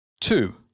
Two